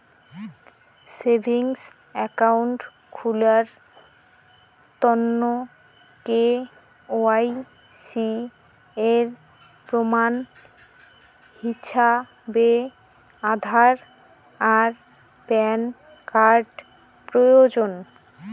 savings account খুলার তন্ন KYC এর প্রমাণ হিছাবে আধার আর প্যান কার্ড প্রয়োজন